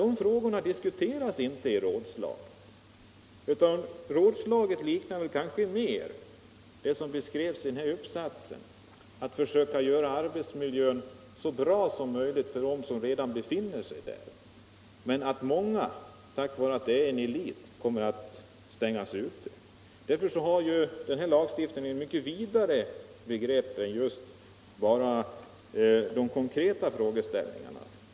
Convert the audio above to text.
Dessa frågor diskuterades inte i rådslaget, utan där beskrevs mer av det som fanns i den där uppsatsen om att försöka göra arbetsmiljön så bra som möjligt för dem som redan befinner sig där. Men många kommer att stängas ute på grund av att de är en elit. Därför får den här lagstiftningen rymma vidare begrepp än bara de konkreta frågeställningarna.